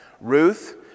Ruth